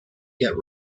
get